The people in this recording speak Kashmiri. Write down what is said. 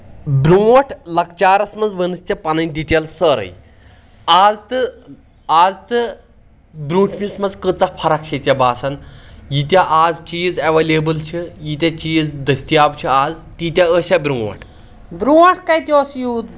برونٛٹھ لکچارس منٛز ؤنژھ ژےٚ پنٕنۍ ڈِٹیل سٲرٕے آز تہٕ آز تہٕ برونٛٹھمِس منٛز کۭژاہ فرق چھےٚ ژےٚ باسان ییٖتیٛاہ آز چیٖز ایویلیبٕل چھِ ییٖتیٛاہ چیٖز دٔستِیاب چھِ آز تیٖتیٛاہ ٲسیا برونٛٹھ برٛونٛٹھ کَتہِ اوس یوٗت